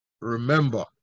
Remember